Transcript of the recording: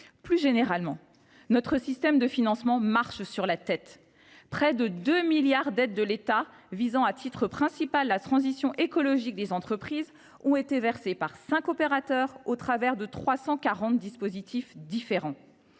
Plus généralement, notre système de financement marche sur la tête. Près de 2 milliards d’euros d’aides de l’État visant à titre principal la transition écologique des entreprises ont été versées par cinq opérateurs au travers de 340 dispositifs différents.